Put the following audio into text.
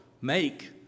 make